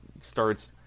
starts